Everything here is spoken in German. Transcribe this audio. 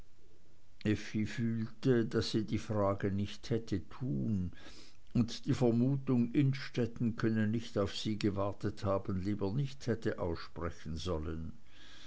fühlte daß sie die frage nicht hätte tun und die vermutung innstetten könne nicht auf sie gewartet haben lieber nicht hätte aussprechen sollen